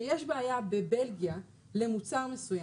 כשיש בעיה בבלגיה למוצר מסוים,